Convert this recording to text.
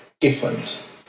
different